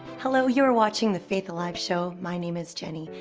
hello, you're watching the faith alive show. my name is jenny.